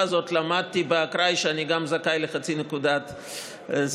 הזאת למדתי באקראי שאני גם זכאי לחצי נקודת זיכוי,